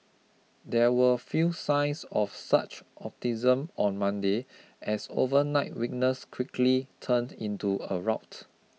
there were few signs of such optimism on Monday as overnight weakness quickly turned into a rout